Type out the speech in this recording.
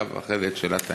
אחרי זה, שאלת ההמשך.